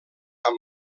amb